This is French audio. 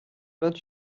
vingt